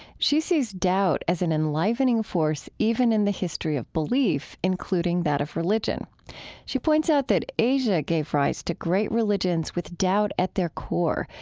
she sees doubt as an enlivening force even in the history of belief, including that of religion she points out that asia gave rise to great religions with doubt at their core,